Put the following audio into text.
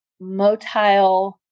motile